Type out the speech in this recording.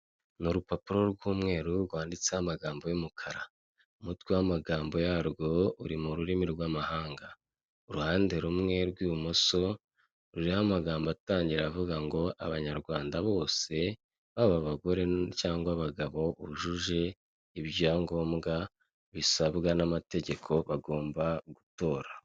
Ni urupapuro rw'umweru rwanditseho amagambo y'umukara, umutwe w'amagambo yarwo uri mu rurimi rw'amahanga, uruhande rumwe rw'ibumoso ruriho amagambo atangira avuga ngo Abanyarwanda bose baba abagore cyangwa abagabo bujuje ibyangombwa bisabwa n'amategeko bagomba gutora.